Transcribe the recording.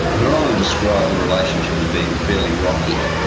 her honour described the relationship as being fairly rocky.